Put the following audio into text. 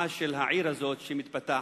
בפתחה של העיר הזאת, שמתפתחת.